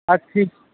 আর